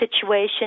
situation